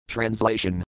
Translation